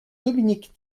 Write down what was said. dominique